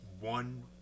one